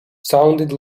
sounded